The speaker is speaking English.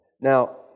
Now